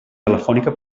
telefònica